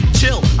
chill